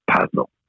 puzzle